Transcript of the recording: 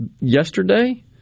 yesterday